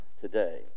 today